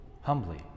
humbly